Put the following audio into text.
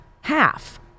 half